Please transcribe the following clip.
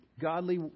godly